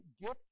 gift